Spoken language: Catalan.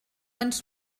ens